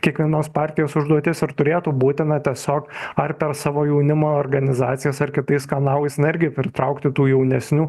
kiekvienos partijos užduotis ir turėtų būti na tiesiog ar per savo jaunimo organizacijas ar kitais kanalais na irgi pritraukti tų jaunesnių